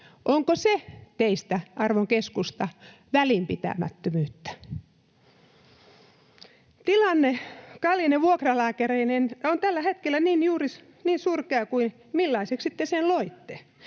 Onko se teistä, arvon keskusta, välinpitämättömyyttä? Tilanne kalliine vuokralääkäreineen on tällä hetkellä juuri niin surkea kuin millaiseksi te sen loitte.